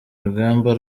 rugamba